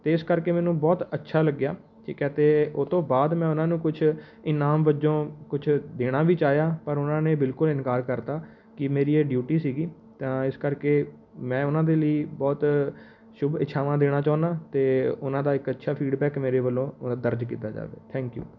ਅਤੇ ਇਸ ਕਰਕੇ ਮੈਨੂੰ ਬਹੁਤ ਅੱਛਾ ਲੱਗਿਆ ਠੀਕ ਹੈ ਅਤੇ ਉਹ ਤੋਂ ਬਾਅਦ ਮੈਂ ਉਹਨਾਂ ਨੂੰ ਕੁਛ ਇਨਾਮ ਵਜੋਂ ਕੁਛ ਦੇਣਾ ਵੀ ਚਾਹਿਆ ਪਰ ਉਹਨਾਂ ਨੇ ਬਿਲਕੁਲ ਇਨਕਾਰ ਕਰਤਾ ਕਿ ਮੇਰੀ ਇਹ ਡਿਊਟੀ ਸੀਗੀ ਤਾਂ ਇਸ ਕਰਕੇ ਮੈਂ ਉਹਨਾਂ ਦੇ ਲਈ ਬਹੁਤ ਸ਼ੁੱਭ ਇੱਛਾਵਾਂ ਦੇਣਾ ਚਾਹੁੰਦਾ ਅਤੇ ਉਹਨਾਂ ਦਾ ਇੱਕ ਅੱਛਾ ਫੀਡਬੈਕ ਮੇਰੇ ਵੱਲੋਂ ਦਰਜ ਕੀਤਾ ਜਾਵੇ ਥੈਂਕ ਯੂ